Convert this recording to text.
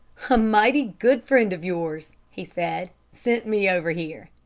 a mighty good friend of yours, he said, sent me over here.